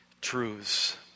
truths